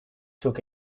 took